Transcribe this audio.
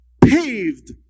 paved